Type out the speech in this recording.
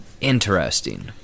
Interesting